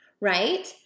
right